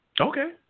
Okay